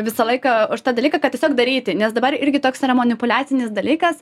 visą laiką už tą dalyką kad tiesiog daryti nes dabar irgi toks yra manipuliacinis dalykas